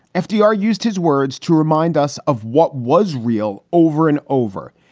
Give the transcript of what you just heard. fdr used his words to remind us of what was real. over and over,